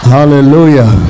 Hallelujah